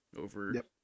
over